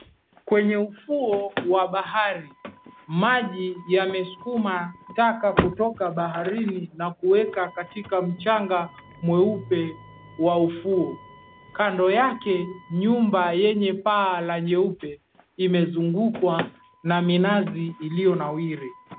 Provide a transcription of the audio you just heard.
Kwenye ufuo wa bahari maji yamesukuma taka kutoka baharini na kuweka katika mchanga mweupe wa ufuo. Kando yake nyumba yenye paa la nyeupe imezungukwa na minazi iliyonawiri.